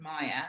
Maya